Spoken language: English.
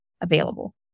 available